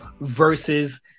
versus